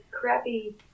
crappy